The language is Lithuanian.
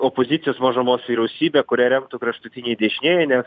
opozicijos mažumos vyriausybė kurią remtų kraštutiniai dešinieji nes